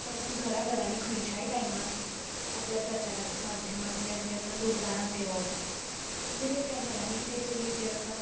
तशेंच घरां घरांनी खंयचेच टायमार आपल्या प्रचारांच्या माध्यमांतल्यान जे आसा लोक दारांत येवोवप घडये त्या घरांनी कितें तरी जे आसा